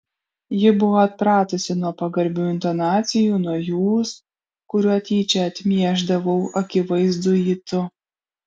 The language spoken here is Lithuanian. ji buvo atpratusi nuo pagarbių intonacijų nuo jūs kuriuo tyčia atmiešdavau akivaizdųjį tu